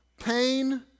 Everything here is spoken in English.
pain